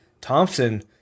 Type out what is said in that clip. Thompson